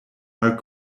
are